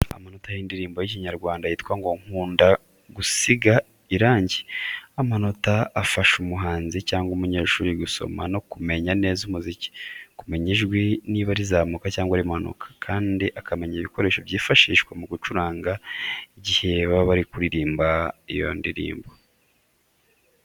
Amanota y'indirimbo y'Ikinyarwanda yitwa ngo nkunda gusiga irangi. Amanota afasha umuhanzi cyangwa umunyeshuri gusoma no kumenya neza umuziki, kumenya ijwi niba rizamuka cyangwa rimanuka, kandi akamenya ibikoresho byifashyishwa mu gucuranga igihe baba bari kuririmba iyo ndirimbo.